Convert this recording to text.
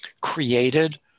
created